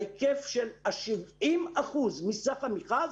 ההיקף של ה-70 אחוזים מסך המכרז,